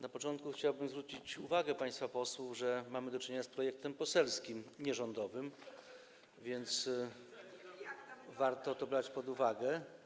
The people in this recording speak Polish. Na początku chciałbym zwrócić uwagę państwa posłów na to, że mamy do czynienia z projektem poselskim, a nie rządowym, więc warto to brać pod uwagę.